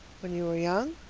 when you were young?